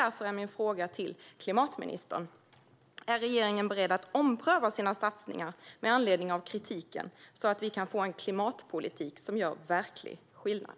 Därför är min fråga till klimatministern: Är regeringen beredd att ompröva sina satsningar med anledning av kritiken så att vi kan få en klimatpolitik som gör verklig skillnad?